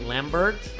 Lambert